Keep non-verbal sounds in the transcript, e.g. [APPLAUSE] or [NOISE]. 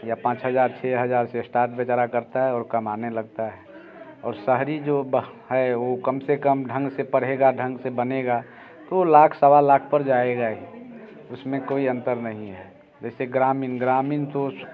या पाँच हज़ार छः हज़ार से स्टार्ट बेचारा करता है और कमाने लगता है और शहरी जो [UNINTELLIGIBLE] है वो कम से कम ढंग से पढ़ेगा ढंग से बनेगा तो लाख सवा लाख पर जाएगा ही उसमें कोई अंतर नहीं है जैसे ग्रामीण ग्रामीण तो